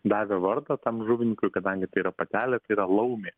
davę vardą tam žuvininkui kadangi tai yra patelė tai yra laumė